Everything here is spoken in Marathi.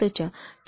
20 मिळवा